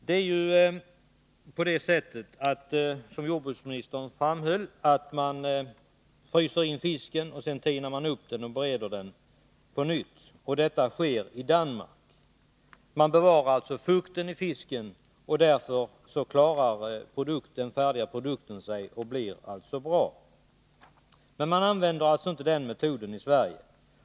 Det är på det sättet, som jordbruksministern framhöll, att man fryser in fisken och sedan tinar upp den och bereder den på nytt. Detta sker i Danmark. Man bevarar alltså fukten i fisken, och därför klarar sig den färdiga produkten och blir bra. Denna metod används alltså inte i Sverige.